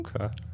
Okay